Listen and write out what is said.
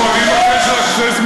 אני הסברתי.